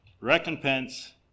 recompense